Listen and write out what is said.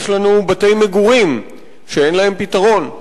יש לנו בתי-מגורים שאין להם פתרון.